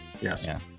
Yes